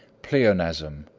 pleonasm,